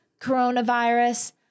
coronavirus